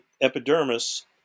epidermis